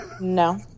No